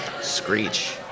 screech